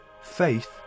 Faith